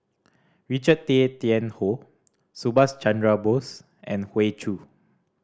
Richard Tay Tian Hoe Subhas Chandra Bose and Hoey Choo